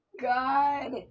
God